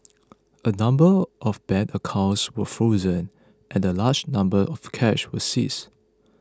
a number of bank accounts were frozen and a large number of cash was seized